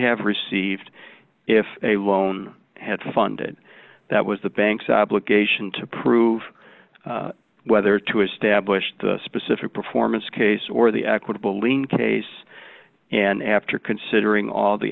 have received if a loan had funded that was the bank's obligation to prove whether to establish the specific performance case or the equitable lien case and after considering all the